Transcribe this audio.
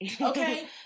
Okay